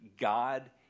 God